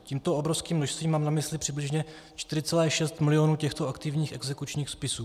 Tímto obrovským množstvím mám na mysli přibližně 4,6 milionu těchto aktivních exekučních spisů.